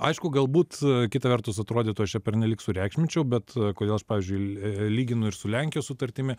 aišku galbūt kita vertus atrodytų aš čia pernelyg sureikšminčiau bet kodėl aš pavyzdžiui lyginu ir su lenkijos sutartimi